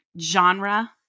genre